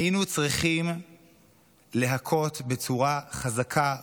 היינו צריכים להכות בצורה חזקה,